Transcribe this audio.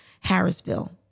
Harrisville